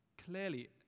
Clearly